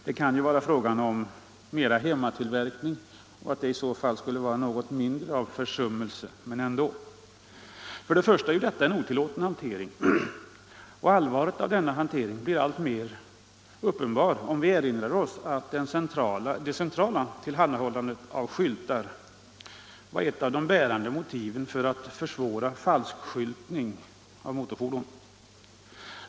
Det kan ju möjligen vara fråga om något slags hemmatillverkning och då endast för eget bruk, och det är kanske en något mindre förseelse. Men detta är ändå en otillåten hantering, och det olämpliga i denna hantering blir alltmer uppenbart om vi erinrar osS att ett av de bärande motiven för det centrala tillhandahållandet av skyltar var att man ville försvåra falskskyltning av motorfordon.